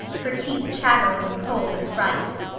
her teeth chattering with cold and fright.